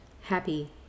happy